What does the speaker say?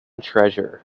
treasure